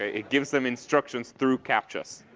it gives them instructions through captchas.